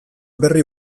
berri